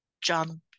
john